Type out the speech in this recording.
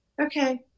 okay